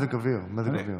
לא, בזמן מזג אוויר, מזג אוויר.